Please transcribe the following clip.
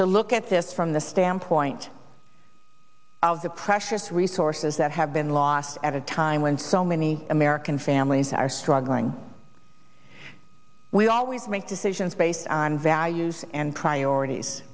to look at this from the standpoint of the precious resources that have been lost at a time when so many american families are struggling we always make decisions based on values and priorities